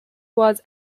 was